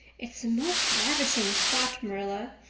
it's the most ravishing spot, marilla.